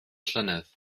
llynedd